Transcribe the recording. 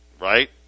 Right